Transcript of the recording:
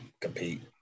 compete